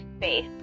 space